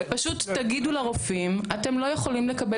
--- פשוט תגידו לרופאים אתם לא יכולים לקבל